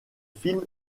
film